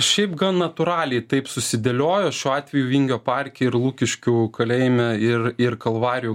šiaip gan natūraliai taip susidėliojo šiuo atveju vingio parke ir lukiškių kalėjime ir ir kalvarijų